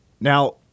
Now